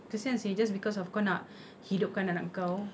kesian seh just because of kau nak hidupkan anak kau